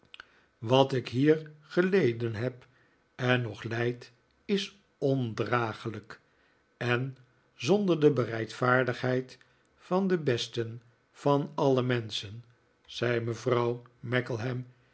wat ik hier geleden heb en nog lijd is ondraaglijk en zonder de bereidvaardigheid van den besten van alle menscheii zei mevrouw